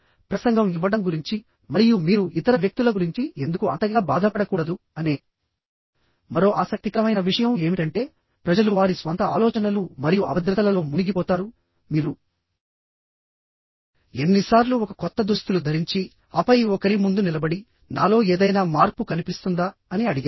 ప్రసంగం ఇవ్వడం గురించి మరియు మీరు ఇతర వ్యక్తుల గురించి ఎందుకు అంతగా బాధపడకూడదు అనే మరో ఆసక్తికరమైన విషయం ఏమిటంటే ప్రజలు వారి స్వంత ఆలోచనలు మరియు అభద్రతలలో మునిగిపోతారు మీరు ఎన్నిసార్లు ఒక కొత్త దుస్తులు ధరించి ఆపై ఒకరి ముందు నిలబడి నాలో ఏదైనా మార్పు కనిపిస్తుందా అని అడిగారు